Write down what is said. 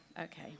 okay